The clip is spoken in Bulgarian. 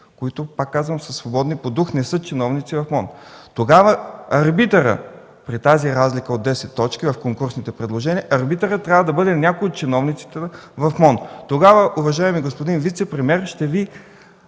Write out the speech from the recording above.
които, пак казвам, са свободни по дух, не са чиновници, а фонд. Тогава арбитърът при тази разлика от 10 точки в конкурсните предложения трябва да бъде някой от чиновниците в МОМН. Тогава, уважаеми господин вицепремиер, ще Ви